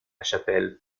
chapelle